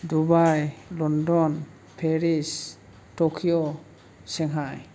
Dubai London Paris Tokyo Shanghai